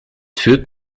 führt